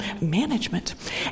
management